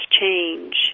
change